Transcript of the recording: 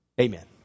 Amen